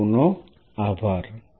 આપ સૌનો આભાર